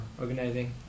organizing